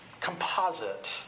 composite